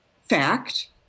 fact